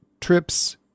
trips